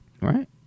Right